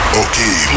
okay